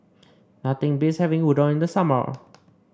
nothing beats having Udon in the summer